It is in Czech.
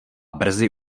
brzy